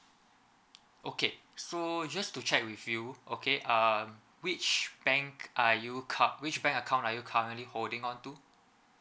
okay so just to check with you okay err which bank I you cup which bank account are you currently holding on to